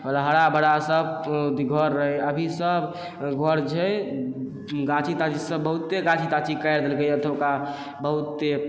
पहिले हरा भरा सब घर रहै अभी सब घर छै गाछी ताछी सब बहुत गाछी ताछी काटि देलकैए एतुका बहुते